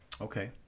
Okay